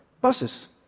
buses